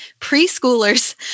Preschoolers